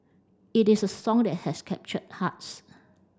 it is a song that has captured hearts